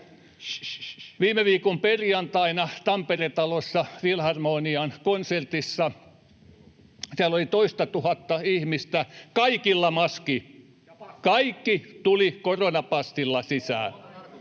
viime viikon perjantaina Tampere-talossa Filharmonian konsertissa. Siellä oli toistatuhatta ihmistä, kaikilla maski, kaikki tulivat koronapassilla sisään.